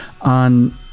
on